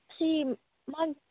ꯁꯤ